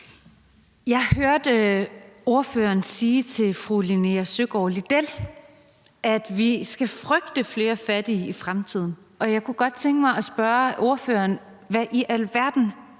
Jeg hørte ordføreren sige til fru Linea Søgaard-Lidell, at vi skal frygte flere fattige i fremtiden. Jeg kunne godt tænke mig at spørge ordføreren, hvad i alverden